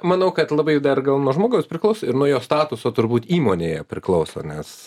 manau kad labai dar gal nuo žmogaus priklauso ir nuo jo statuso turbūt įmonėje priklauso nes